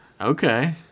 Okay